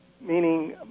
meaning